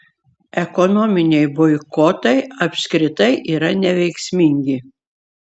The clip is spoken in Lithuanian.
ekonominiai boikotai apskritai yra neveiksmingi